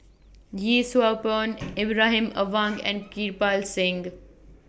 Yee Siew Pun Ibrahim Awang and Kirpal Singh